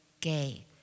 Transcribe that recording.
gay